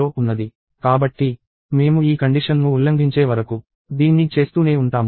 కాబట్టి మేము ఈ కండిషన్ ను ఉల్లంఘించే వరకు దీన్ని చేస్తూనే ఉంటాము